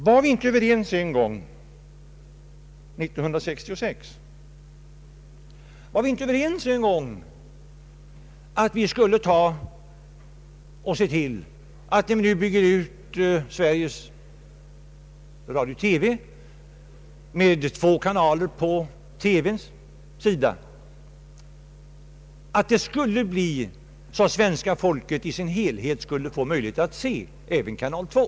Var vi inte överens om år 1966 att bygga ut TV till att omfatta två kanaler och att svenska folket i sin helhet skulle få möjlighet att även se programmen i kanal 2?